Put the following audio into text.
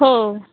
हो